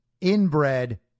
inbred